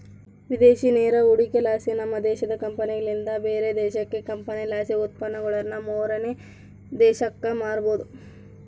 ವಿದೇಶಿ ನೇರ ಹೂಡಿಕೆಲಾಸಿ, ನಮ್ಮ ದೇಶದ ಕಂಪನಿಲಿಂದ ಬ್ಯಾರೆ ದೇಶದ ಕಂಪನಿಲಾಸಿ ಉತ್ಪನ್ನಗುಳನ್ನ ಮೂರನೇ ದೇಶಕ್ಕ ಮಾರಬೊದು